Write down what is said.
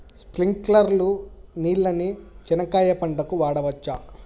స్ప్రింక్లర్లు నీళ్ళని చెనక్కాయ పంట కు వాడవచ్చా?